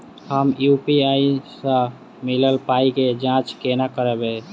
हम यु.पी.आई सअ मिलल पाई केँ जाँच केना करबै?